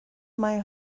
mae